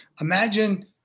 imagine